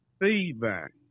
feedback